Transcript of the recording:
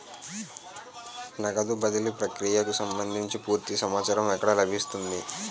నగదు బదిలీ ప్రక్రియకు సంభందించి పూర్తి సమాచారం ఎక్కడ లభిస్తుంది?